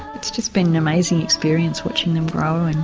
it's just been an amazing experience watching them grow and